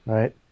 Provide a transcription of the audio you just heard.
Right